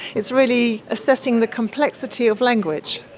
it's really assessing the complexity of language.